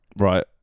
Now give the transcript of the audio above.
Right